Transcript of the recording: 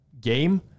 game